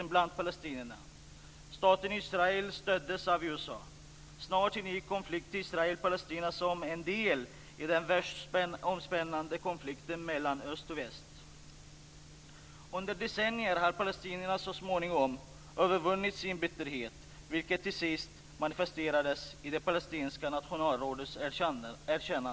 Jag kommer här inte att närmare gå in på Sveriges biståndsarbete, men jag vill ändå säga att rapporter om hur mänskliga rättigheter respekteras är av stort värde för riksdagen när man skall arbeta med analyser av vilka biståndsinsatser som fordras. Det är därför jag med stort intresse ser fram mot den rapport som riksdagen beställde av regeringen den 10 december i form av ett tillkännagivande. Fru talman!